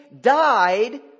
died